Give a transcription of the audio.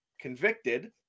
convicted